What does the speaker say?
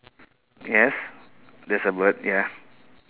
yes there's a bird ya